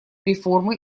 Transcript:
реформы